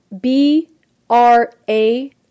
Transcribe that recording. B-R-A